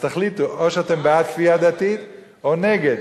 אז תחליטו, או שאתם בעד כפייה דתית או נגד.